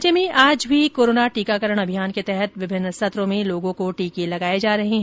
राज्य में आज भी कोरोना टीकाकरण अभियान के तहत विभिन्न सत्रों में लोगों को टीके लगाए जा रहे हैं